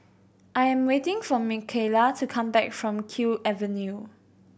I am waiting for Michaela to come back from Kew Avenue